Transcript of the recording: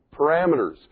parameters